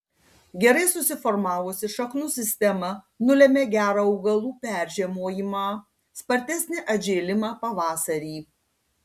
gerai susiformavusi šaknų sistema nulemia gerą augalų peržiemojimą spartesnį atžėlimą pavasarį